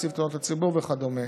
נציב תלונות הציבור וכדומה.